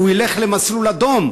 הוא ילך למסלול אדום,